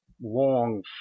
long